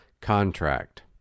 contract